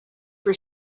for